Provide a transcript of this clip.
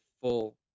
full